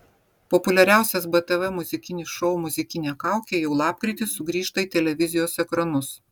populiariausias btv muzikinis šou muzikinė kaukė jau lapkritį sugrįžta į televizijos ekranus